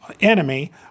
enemy